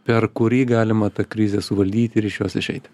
per kurį galima tą krizę suvaldyti ir iš jos išeiti